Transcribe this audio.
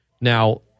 now